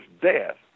death